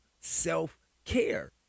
self-care